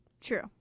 True